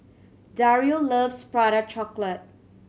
Dario loves Prata Chocolate